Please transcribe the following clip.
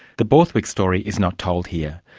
the borthwick story is not told here.